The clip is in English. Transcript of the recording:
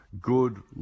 good